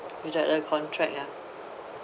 the contract ah